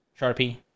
Sharpie